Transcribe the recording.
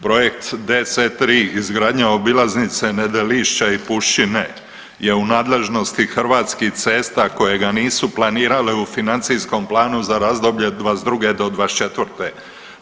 Projekt DC3 izgradnja obilaznice Nedelišća i Puščine je u nadležnosti Hrvatskih cesta koje ga nisu planirale u financijskom planu za razdoblje '22.-'24.